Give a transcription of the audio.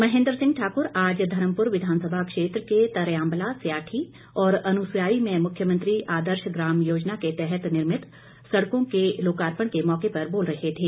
महेन्द्र सिंह ठाकुर आज धर्मपुर विधानसभा क्षेत्र के तरयाम्बला स्याठी और अनुस्वाई में मुख्यमंत्री आदर्श ग्राम योजना के तहत निर्मित सड़कों के लोकार्पण के मौके पर बोल रहे थे